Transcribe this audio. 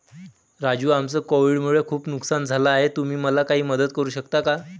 राजू आमचं कोविड मुळे खूप नुकसान झालं आहे तुम्ही मला काही मदत करू शकता का?